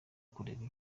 kureba